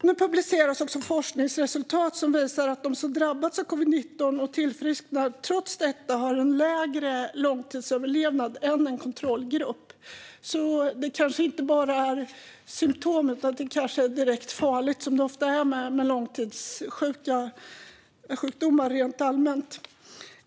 Nu publiceras också forskningsresultat som visar att de som drabbats av covid-19 och som tillfrisknat trots detta har en lägre långtidsöverlevnad än en kontrollgrupp, så det kanske inte bara är fråga om symtom utan är direkt farligt, som det ju ofta är med långtidssjukdomar rent allmänt.